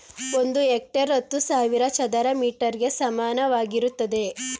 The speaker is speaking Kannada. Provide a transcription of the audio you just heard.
ಒಂದು ಹೆಕ್ಟೇರ್ ಹತ್ತು ಸಾವಿರ ಚದರ ಮೀಟರ್ ಗೆ ಸಮಾನವಾಗಿರುತ್ತದೆ